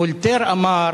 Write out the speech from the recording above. וולטֵר אמר: